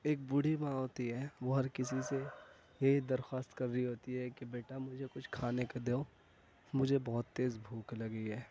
ایک بوڑھی ماں ہوتی ہے وہ ہر کسی سے یہی درخواست کر رہی ہوتی ہے کہ بیٹا مجھے کچھ کھانے کو دو مجھے بہت تیز بھوک لگی ہے